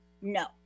no